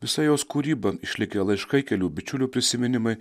visa jos kūryba išlikę laiškai kelių bičiulių prisiminimai